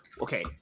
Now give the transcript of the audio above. okay